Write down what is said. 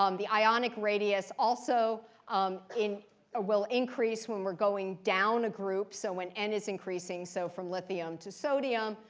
um the ionic radius also um ah will increase when we're going down a group, so when n is increasing, so from lithium to sodium.